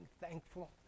thankful